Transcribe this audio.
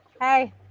Hey